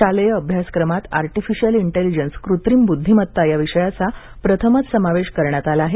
शालेय अभ्यासक्रमात artificial intelligence कृत्रिम बुद्धिमत्ता या विषयाचा प्रथमच समावेश करण्यात आला आहे